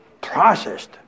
processed